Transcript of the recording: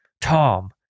Tom